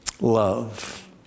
love